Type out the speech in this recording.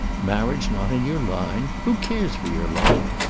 marriage not in your line! who cares for your line?